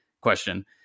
question